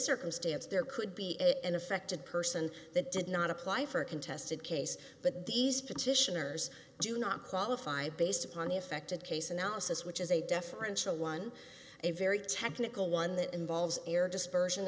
circumstance there could be an affected person that did not apply for a contested case but these petitioners do not qualify based upon the affected case analysis which is a deferential one a very technical one that involves air dispersion